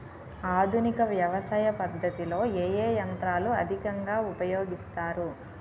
ఆధునిక వ్యవసయ పద్ధతిలో ఏ ఏ యంత్రాలు అధికంగా ఉపయోగిస్తారు?